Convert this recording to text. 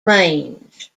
range